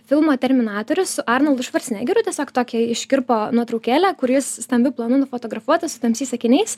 filmo terminatorius su arnoldu švarcnegeriu tiesiog tokią iškirpo nuotraukėlę kur jis stambiu planu nufotografuotos su tamsiais akiniais